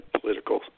political